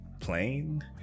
plain